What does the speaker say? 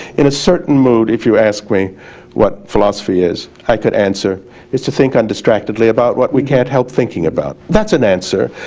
in a certain mood if you ask me what philosophy is i could answer it's to think undistractedly about what we can't help thinking about. that's an answer,